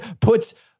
puts